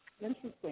Interesting